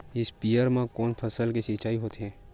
स्पीयर म कोन फसल के सिंचाई होथे?